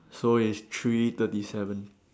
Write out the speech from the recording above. so it's three thirty seven